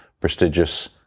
prestigious